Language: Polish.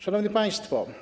Szanowni Państwo!